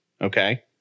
Okay